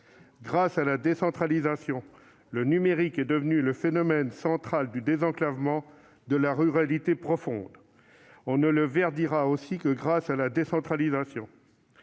Grâce à la décentralisation, le numérique est devenu le phénomène central du désenclavement de la ruralité profonde. On ne le verdira aussi que grâce à la décentralisation.